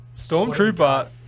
stormtrooper